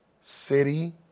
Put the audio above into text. city